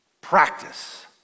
Practice